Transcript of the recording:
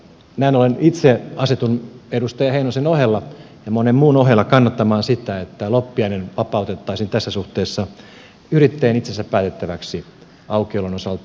näin ollen itse asetun edustaja heinosen ohella ja monen muun ohella kannattamaan sitä että loppiainen vapautettaisiin tässä suhteessa yrittäjän itsensä päätettäväksi aukiolon osalta